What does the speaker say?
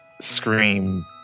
scream